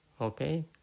okay